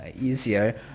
easier